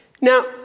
Now